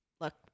look